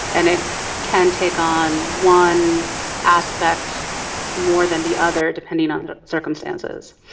and it can take on one aspect more than the other depending on the circumstances.